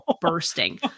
bursting